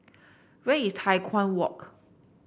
where is Tai Walk